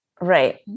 Right